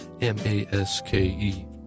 M-A-S-K-E